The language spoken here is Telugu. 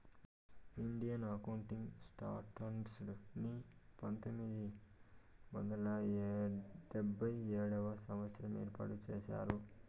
ఇండియన్ అకౌంటింగ్ స్టాండర్డ్స్ ని పంతొమ్మిది వందల డెబ్భై ఏడవ సంవచ్చరంలో ఏర్పాటు చేసినారు